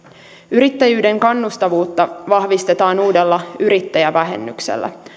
yrittäjyyden kannustavuutta vahvistetaan uudella yrittäjävähennyksellä